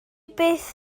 byth